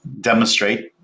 demonstrate